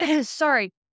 sorry